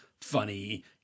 funny